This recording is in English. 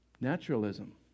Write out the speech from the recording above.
Naturalism